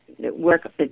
work